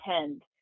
tend